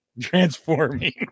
Transforming